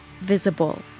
visible